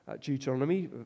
Deuteronomy